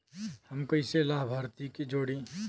हम कइसे लाभार्थी के जोड़ी?